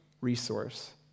resource